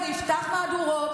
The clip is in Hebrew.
זה יפתח מהדורות,